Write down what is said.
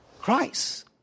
Christ